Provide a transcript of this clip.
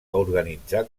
organitzar